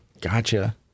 Gotcha